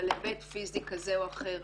על היבט פיזי כזה או אחר,